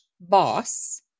boss